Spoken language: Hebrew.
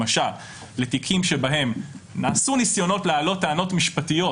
למשל לתיקים שבהם נעשו ניסיונות להעלות טענות משפטיות,